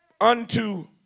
unto